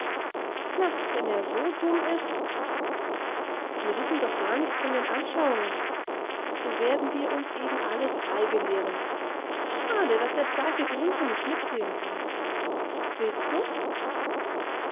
na wenn er so dumm ist wir wissen doch gar nichts von den anschauungen so werden wir uns eben alle drei belehren schade daß der steife grunthe nicht mitspielen kann willst du